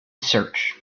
search